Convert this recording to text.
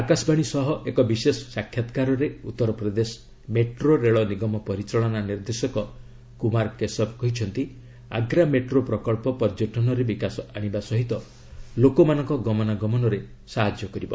ଆକାଶବାଣୀ ସହ ଏକ ବିଶେଷ ସାକ୍ଷାତ୍କାରରେ ଉତ୍ତରପ୍ରଦେଶ ମେଟ୍ରୋ ରେଳ ନିଗମ ପରିଚାଳନା ନିର୍ଦ୍ଦେଶକ କୁମାର କେଶବ କହିଛନ୍ତି ଆଗ୍ରା ମେଟ୍ରୋ ପ୍ରକ୍ସ ପର୍ଯ୍ୟଟନରେ ବିକାଶ ଆଣିବା ସହିତ ଲୋକମାନଙ୍କ ଗମନାଗମନରେ ସହାୟତା କରିବ